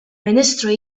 ministru